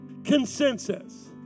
consensus